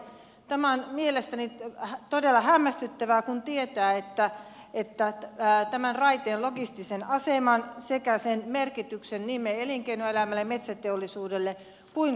tämä on mielestäni todella hämmästyttävää kun tietää tämän raiteen logistisen aseman sekä sen merkityksen niin meidän elinkeinoelämälle metsäteollisuudelle kuin koko suomelle